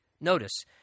Notice